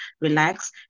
relax